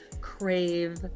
crave